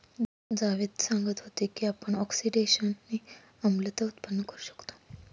जावेद सांगत होते की आपण ऑक्सिडेशनने आम्लता उत्पन्न करू शकतो